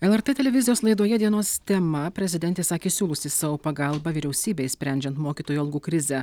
lrt televizijos laidoje dienos tema prezidentė sakė siūlusi savo pagalbą vyriausybei sprendžiant mokytojų algų krizę